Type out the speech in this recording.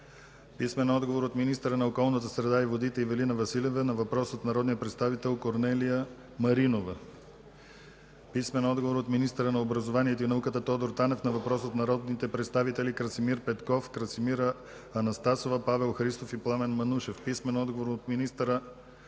Караянчева; - министъра на околната среда и водите Ивелина Василева на въпрос от народния представител Корнелия Маринова; - министъра на образованието и науката Тодор Танев на въпрос от народните представители Красимир Петков, Красимира Анастасова, Павел Христов и Пламен Манушев; - министъра